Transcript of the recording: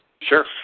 Sure